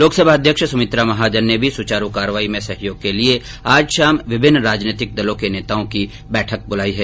लोकसभा अध्यक्ष सुमित्रा महाजन ने भी सुचारू कार्यवाही में सहयोग के लिए आज शाम विभिन्न राजनीतिक दलों के नेताओं की बैठक बुलाई है